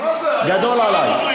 זה גדול עלי.